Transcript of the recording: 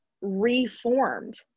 reformed